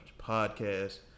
Podcast